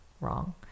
wrong